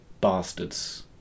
bastards